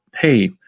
hey